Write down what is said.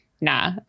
nah